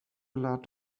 lot